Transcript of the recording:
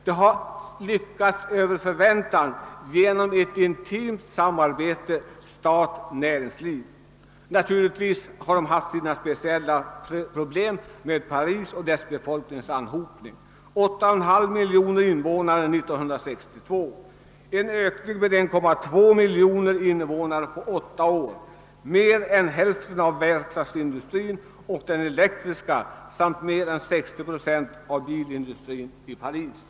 Denna har lyckats över förväntan genom ett intimt samarbete stat—näringsliv. Frankrike har ju sina speciella problem med Paris och dess befolkningsanhopning, 8,5 miljoner invånare år 1962, vilket innebar en ökning med 1,2 miljon invånare på åtta år. Mer än hälften av verkstadsindustrin och den elektriska industrin samt mer än 60 procent av bilindustrin ligger i Paris.